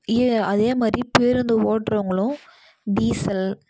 அதேமாதிரி பேருந்து ஒட்டுறவுங்களும் டீசல்